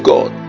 God